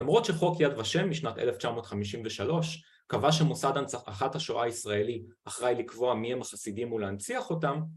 למרות שחוק יד ושם משנת 1953 קבע שמוסד הנצחת השואה הישראלי אחראי לקבוע מי הם החסידים ולהנציח אותם